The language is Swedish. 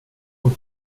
hon